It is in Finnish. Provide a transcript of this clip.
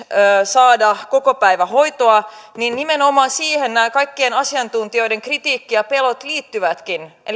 saada kokopäivähoitoa nimenomaan siihen näiden kaikkien asiantuntijoiden kritiikki ja pelot liittyvätkin